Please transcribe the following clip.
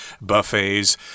buffets